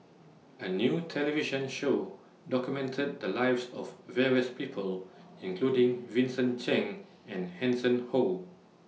A New television Show documented The Lives of various People including Vincent Cheng and Hanson Ho